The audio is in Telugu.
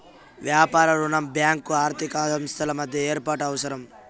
వ్యాపార రుణం బ్యాంకు ఆర్థిక సంస్థల మధ్య ఏర్పాటు అవసరం